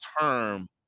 term